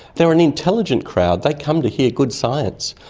they are an intelligent crowd, they come to hear good science,